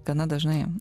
gana dažnai